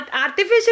artificial